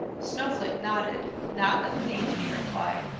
snowflake nodded. not a thing, he replied.